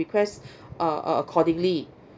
request uh uh accordingly